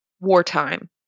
wartime